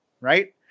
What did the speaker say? right